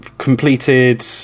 completed